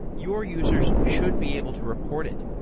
your users should be able to report it,